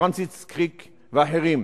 פרנסיס קריק ואחרים.